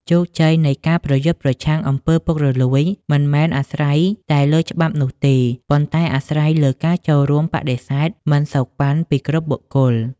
ជោគជ័យនៃការប្រយុទ្ធប្រឆាំង អំពើពុករលួយ មិនមែនអាស្រ័យតែលើច្បាប់នោះទេ ប៉ុន្តែអាស្រ័យលើការចូលរួមបដិសេធមិនសូកប៉ាន់ពីគ្រប់បុគ្គល។